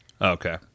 Okay